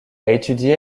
étudié